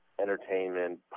entertainment